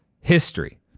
history